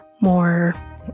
more